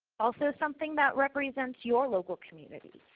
also something that represents your local community,